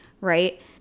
right